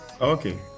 okay